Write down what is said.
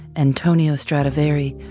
antonio stradivari,